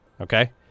Okay